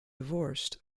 divorced